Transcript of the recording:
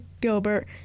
Gilbert